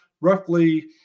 roughly